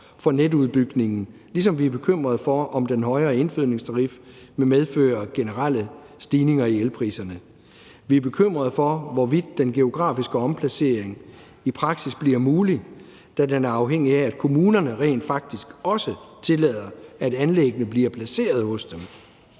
for netudbygningen, ligesom vi er bekymrede for, at den højere indfødningstarif vil medføre generelle stigninger i elpriserne. Vi er bekymrede for, hvorvidt den geografiske omplacering i praksis bliver mulig, da den er afhængig af, at kommunerne rent faktisk også tillader, at anlæggene bliver placeret hos dem.